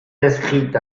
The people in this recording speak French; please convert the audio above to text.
inscrite